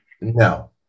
no